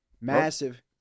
Massive